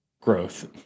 growth